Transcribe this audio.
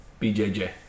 BJJ